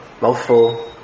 mouthful